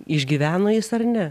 išgyveno jis ar ne